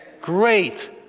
Great